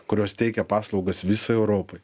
kurios teikia paslaugas visai europai